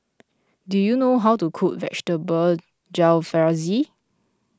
do you know how to cook Vegetable Jalfrezi